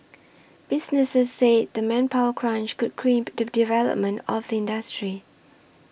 businesses said the manpower crunch could crimp the development of the industry